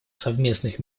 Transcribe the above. совместных